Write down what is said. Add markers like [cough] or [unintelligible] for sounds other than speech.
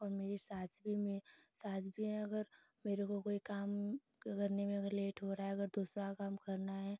और मेरी सास भी मे सास भी है अगर मुझको कोई काम [unintelligible] करने में लेट हो रहा है अगर दूसरा काम करना है